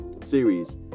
series